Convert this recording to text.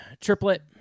Triplet